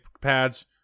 pads